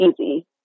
easy